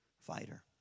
fighter